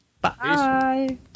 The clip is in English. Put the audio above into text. bye